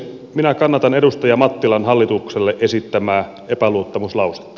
minä kannatan edustaja mattilan hallitukselle esittämää epäluottamuslausetta